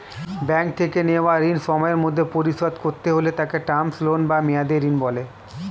bank থেকে নেওয়া ঋণ সময়ের মধ্যে পরিশোধ করতে হলে তাকে টার্ম লোন বা মেয়াদী ঋণ বলে